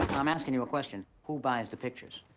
i'm asking you a question. who buys the pictures?